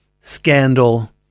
scandal